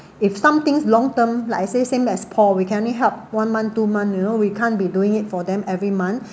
if something long term like I say same as paul we can only help one month two month you know we can't be doing it for them every month